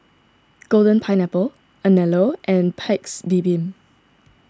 Golden Pineapple Anello and Paik's Bibim